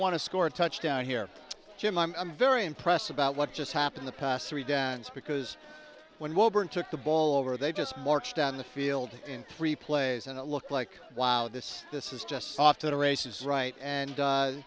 want to score a touchdown here jim i'm very impressed about what just happened the past three downs because when welborn took the ball over they just marched down the field in three plays and it looked like wow this this is just off to the races right and